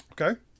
Okay